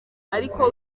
ariko